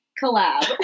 collab